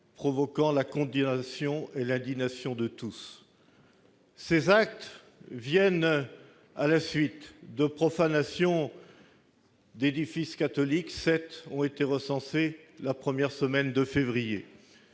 provoquant la condamnation et l'indignation de tous. Ces actes succèdent à des profanations d'édifices catholiques- sept ont été recensées la première semaine de février.